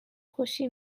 خوشی